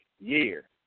year